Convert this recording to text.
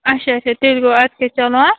اَچھا اَچھا تیٚلہِ گوٚو اَدٕ کیٛاہ چلو آ